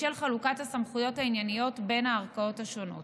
בשל חלוקת הסמכויות הענייניות בין הערכאות השונות.